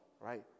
right